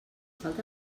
falta